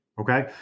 Okay